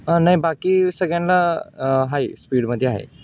नाही बाकी सगळ्यांना हाय स्पीडमध्ये आहे